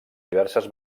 diverses